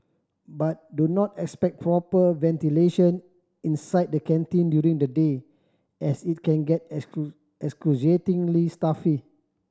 but do not expect proper ventilation inside the canteen during the day as it can get excruciatingly stuffy